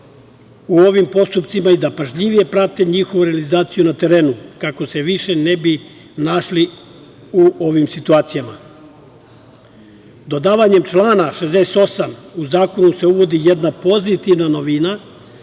u ovim postupcima i da pažljivije prate njihovu realizaciju na terenu, kako se više ne bi našli u ovim situacijama. Dodavanjem člana 68. u zakonu se uvodi jedna pozitivna novina,